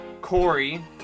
Corey